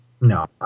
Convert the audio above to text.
no